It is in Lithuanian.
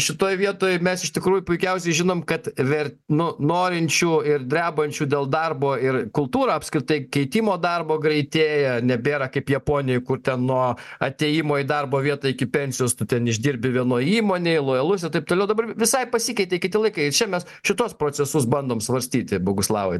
šitoj vietoj mes iš tikrųjų puikiausiai žinom kad ver nu norinčių ir drebančių dėl darbo ir kultūra apskritai keitimo darbo greitėja nebėra kaip japonijoj kur ten nuo atėjimo į darbo vietą iki pensijos ten išdirbi vienoj įmonėj lojalus ir taip toliau dabar visai pasikeitė kiti laikai ir čia mes šituos procesus bandom svarstyti boguslavai